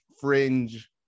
fringe